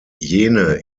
jene